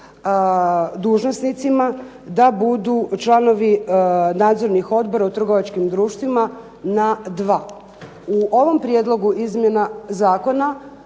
dužnosnicima da budu članovi nadzornih odbora u trgovačkim društvima na dva. U ovom prijedlogu izmjena zakona